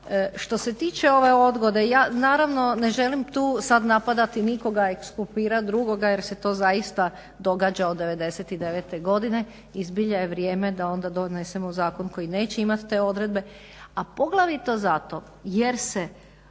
Što se tiče ove odgode ja naravno ne želim tu sada napadati nikoga i ekskulpirati drugoga jer se to zaista događa od '99.godine i zbilja je vrijeme da donesemo zakon koji neće imati te odredbe, a poglavito zato jer se